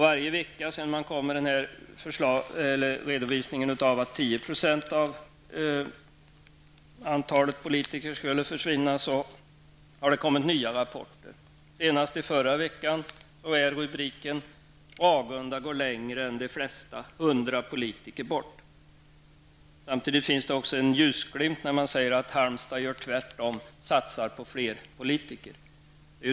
Varje vecka, sedan man kom med redovisningen av att 10 % av politikerna skulle försvinna, har det kommit nya rapporter. Senast i förra veckan var rubriken: ''Ragunda går längre än de flesta, hundra politiker bort''. Samtidigt finns också en ljusglimt. Det talas om att Halmstad gör tvärtom och satsar på flera politiker.